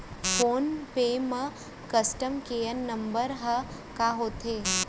Phone पे म customer care number ह का होथे?